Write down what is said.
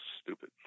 stupid